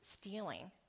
stealing